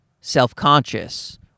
self-conscious